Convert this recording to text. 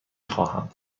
خواهم